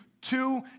two